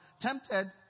tempted